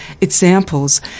examples